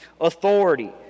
authority